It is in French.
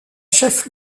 chef